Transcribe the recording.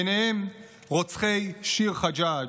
ובהם רוצחי שיר חג'ג',